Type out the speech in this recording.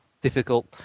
difficult